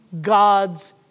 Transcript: God's